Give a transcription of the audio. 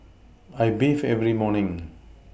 I bathe every morning